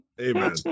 Amen